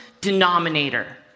denominator